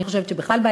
אני חושבת שבכלל,